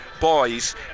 Boys